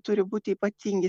turi būti ypatingi